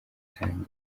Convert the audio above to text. utangiye